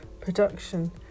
production